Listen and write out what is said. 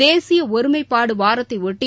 தேசியஒருமைப்பாடுவாரத்தையொட்டி